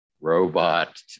robot